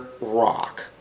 rock